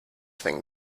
thing